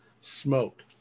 smoke